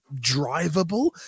drivable